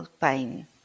pain